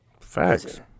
Facts